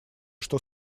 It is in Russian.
что